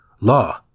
law